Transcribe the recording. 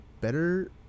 better